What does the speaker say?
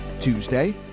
Tuesday